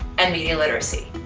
and media literacy.